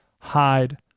hide